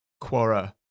Quora